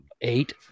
eight